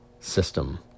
system